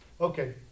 Okay